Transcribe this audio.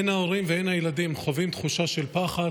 הן ההורים והן הילדים חווים תחושה של פחד,